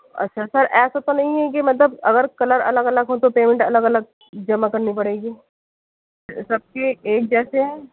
اچھا سر ایسا تو نہیں ہے کہ مطلب اگر کلر الگ الگ ہو تو پیمنٹ الگ الگ جمع کرنی پڑے گی سب کی ایک جیسے ہے